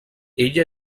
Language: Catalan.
ella